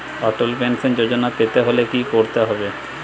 অটল pension Yojana পেতে হলে কি করতে হবে?